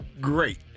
great